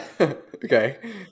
Okay